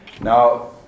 Now